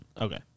Okay